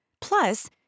Plus